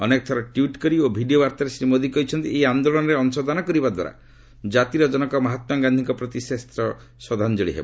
ଅନେକଥର ଟ୍ୱିଟ୍ କରି ଓ ଭିଡ଼ିଓ ବାର୍ତ୍ତାରେ ଶ୍ରୀ ମୋଦି କହିଛନ୍ତି ଏହି ଆନ୍ଦୋଳନରେ ଅଂଶଦାନ କରିବାଦ୍ୱାରା କାତିର କନକ ମହାତ୍ମାଗାନ୍ଧିଙ୍କ ପ୍ରତି ଶ୍ରେଷ ଶ୍ରଦ୍ଧାଞ୍ଜଳି ହେବ